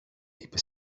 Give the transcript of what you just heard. είπε